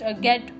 get